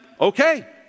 okay